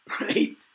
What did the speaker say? right